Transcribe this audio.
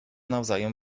nawzajem